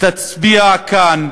תצביע כאן,